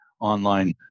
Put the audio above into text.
online